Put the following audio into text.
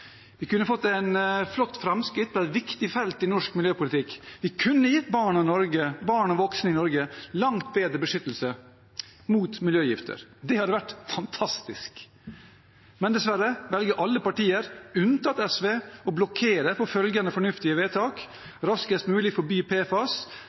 Vi kunne fått flotte framskritt på et viktig felt i norsk miljøpolitikk. Vi kunne gitt barn og voksne i Norge langt bedre beskyttelse mot miljøgifter. Det hadde vært fantastisk. Men dessverre velger alle partier unntatt SV å blokkere for følgende fornuftige